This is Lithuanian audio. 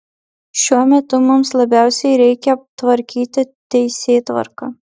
šiuo metu mums labiausiai reikia tvarkyti teisėtvarką